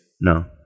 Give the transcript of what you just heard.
No